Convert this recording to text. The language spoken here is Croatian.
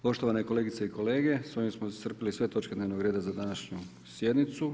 Poštovane kolegice i kolege s ovim smo iscrpili sve točke dnevnog reda za današnju sjednicu.